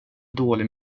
dålig